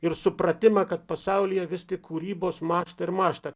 ir supratimą kad pasaulyje vis tik kūrybos mąžta ir mąžta